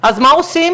אז מה עושים?